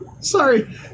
sorry